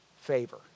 favor